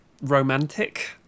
romantic